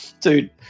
dude